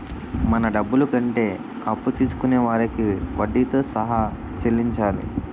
మన డబ్బులు కంటే అప్పు తీసుకొనే వారికి వడ్డీతో సహా చెల్లించాలి